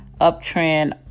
uptrend